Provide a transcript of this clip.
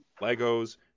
legos